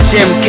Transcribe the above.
Jim